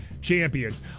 champions